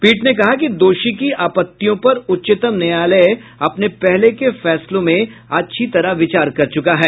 पीठ ने कहा कि दोषी की आपत्तियों पर उच्चतम न्यायालय अपने पहले के फैसले में अच्छी तरह विचार कर चुका है